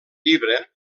llibre